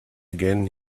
again